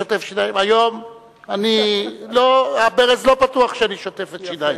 היום הברז לא פתוח כשאני שוטף את שיני,